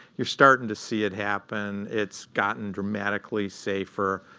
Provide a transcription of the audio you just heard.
you're starting to see it happen. it's gotten dramatically safer.